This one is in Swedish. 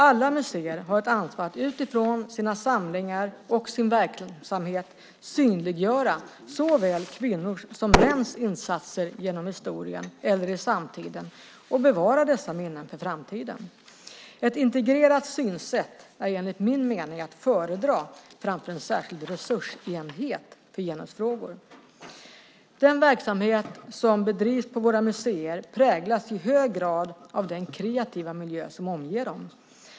Alla museer har ett ansvar att utifrån sina samlingar och sin verksamhet synliggöra såväl kvinnors som mäns insatser genom historien eller i samtiden och bevara dessa minnen för framtiden. Ett integrerat synsätt är enligt min mening att föredra framför en särskild resursenhet för genusfrågor. Den verksamhet som bedrivs på våra museer präglas i hög grad av den kreativa miljö som omger dem.